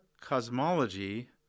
cosmology